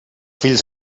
fills